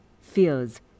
fears